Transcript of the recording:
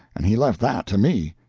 and he left that to me.